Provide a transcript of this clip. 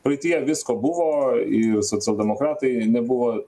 praeityje visko buvo ir socialdemokratai nebuvo